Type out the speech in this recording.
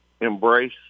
embrace